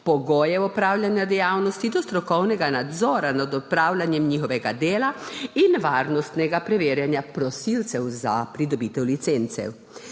pogojev opravljanja dejavnosti do strokovnega nadzora nad opravljanjem njihovega dela in varnostnega preverjanja prosilcev za pridobitev licence.